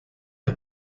los